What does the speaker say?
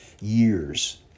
Years